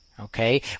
okay